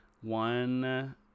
one